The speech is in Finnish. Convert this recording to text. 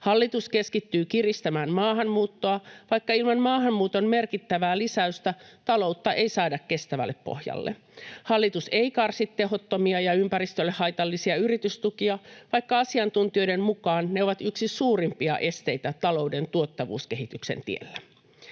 Hallitus keskittyy kiristämään maahanmuuttoa, vaikka ilman maahanmuuton merkittävää lisäystä taloutta ei saada kestävälle pohjalle. Hallitus ei karsi tehottomia ja ympäristölle haitallisia yritystukia, vaikka asiantuntijoiden mukaan ne ovat yksi suurimpia esteitä talouden tuottavuuskehityksen tiellä.